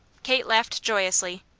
kate laughed joyously.